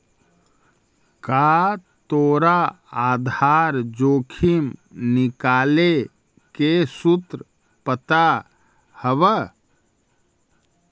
का तोरा आधार जोखिम निकाले के सूत्र पता हवऽ?